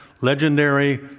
Legendary